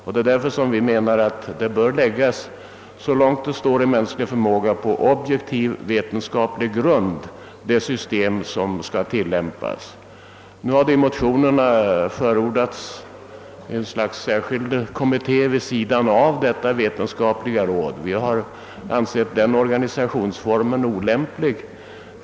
Vi menar att det system som skall tillämpas så långt som möjligt bör ligga på objektiv vetenskaplig grund. Nu har i motionerna förordats en särskild kommitté vid sidan av detta vetenskapliga råd. Vi har ansett den organisationsformen olämplig.